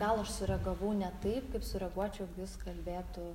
gal aš sureagavau ne taip kaip sureaguočiau jeigu jis kalbėtų